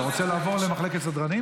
אתה רוצה לעבור למחלקת סדרנים,